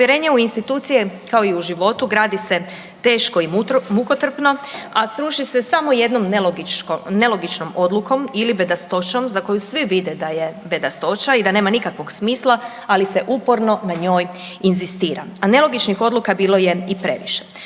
Povjerenje u institucije kao i u životu, gradi se teško i mukotrpno a sruši se samo jednom nelogičnom odlukom ili bedastoćom za koju svi vide da je bedastoća i da nema nikakvog smisla ali se uporno na njoj inzistira. A nelogičnih odluka bilo je i previše.